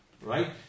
Right